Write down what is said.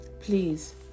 Please